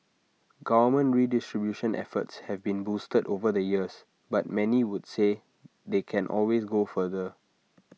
government redistribution efforts have been boosted over the years but many would say they can always go further